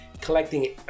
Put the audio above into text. collecting